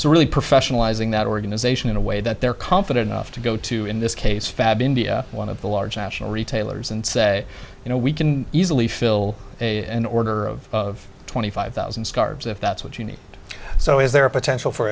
so really professionalizing that organization in a way that they're confident enough to go to in this case fab india one of the large national retailers and say you know we can easily fill a an order of twenty five thousand scarves if that's what you need so is there a potential for